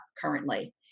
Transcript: currently